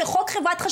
ריבונות.